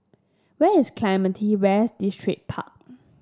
where is Clementi West Distripark